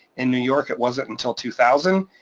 in new york, it wasn't until two thousand,